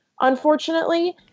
unfortunately